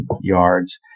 yards